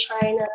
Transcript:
China